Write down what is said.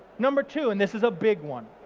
number two, and this is a big one.